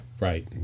Right